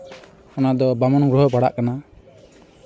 ᱚᱱᱟᱫᱚ ᱵᱟᱢᱚᱱ ᱜᱨᱚᱦᱚ ᱯᱟᱲᱟᱜ ᱠᱟᱱᱟ